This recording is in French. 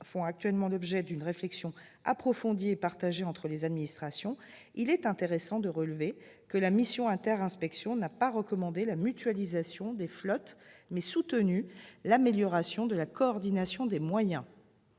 font actuellement l'objet d'une réflexion approfondie et partagée entre les administrations, il est intéressant de relever qu'elles comprennent non pas la mutualisation des flottes, mais l'amélioration de la coordination des moyens.